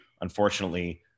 unfortunately